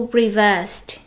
reversed